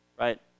right